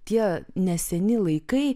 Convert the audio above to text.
tie neseni laikai